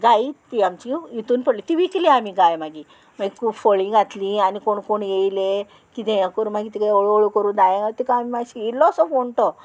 गायीत ती आमची हितून पडली ती विकली आमी गाय मागी मागीर खूब फळी घातली आनी कोण कोण येयले कितें हें करून मागीर तिका हळुहळू करून दाय तिका आमी मातशें इल्लोअसो फोण तो